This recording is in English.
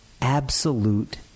Absolute